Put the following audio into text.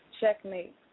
Checkmate